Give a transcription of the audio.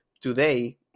today